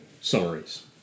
summaries